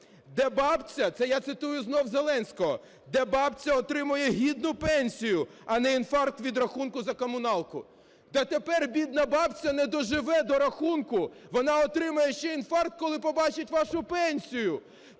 "Де бабця, – це я цитую знову Зеленського, – де бабця отримує гідну пенсію, а не інфаркт від рахунку за комуналку". Да, тепер бідна бабця не доживе до рахунку, вона отримає ще інфаркт, коли побачить вашу пенсію,